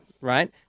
right